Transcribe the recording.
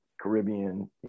Caribbean